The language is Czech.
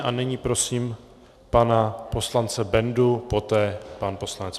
A nyní prosím pana poslance Bendu, poté pan poslanec Profant.